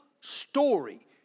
story